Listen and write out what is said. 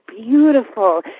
beautiful